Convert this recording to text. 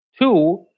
Two